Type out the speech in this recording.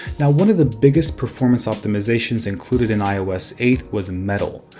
now one of the biggest performance optimizations included in ios eight was metal.